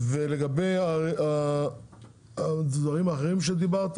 לגבי הדברים האחרים שדיברת